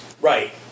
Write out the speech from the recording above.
Right